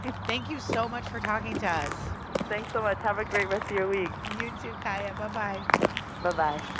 thank you so much for talking to us thanks so much. ah have a great rest of your week you too, kaya. but bye-bye but bye-bye